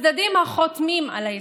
הצדדים החותמים על ההסכם,